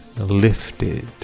lifted